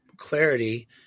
clarity